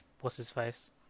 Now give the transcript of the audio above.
what's-his-face